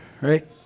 right